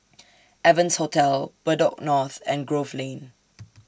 Evans Hotel Bedok North and Grove Lane